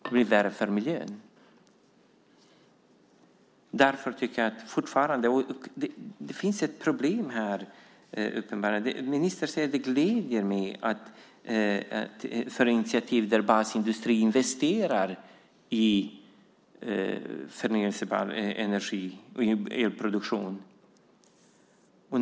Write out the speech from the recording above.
Detta är ett problem. Ministern säger att initiativ där basindustrin investerar i förnybar energi och elproduktion gläder henne.